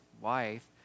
wife